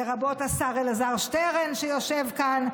לרבות השר אלעזר שטרן שיושב כאן,